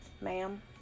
Ma'am